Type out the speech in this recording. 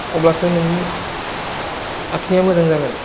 अब्लासो नोंनि आखिनाया मोजां जागोन